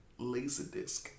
Laserdisc